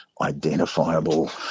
identifiable